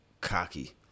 cocky